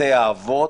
בתי אבות,